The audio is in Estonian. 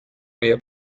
meie